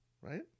right